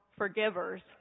forgivers